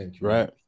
right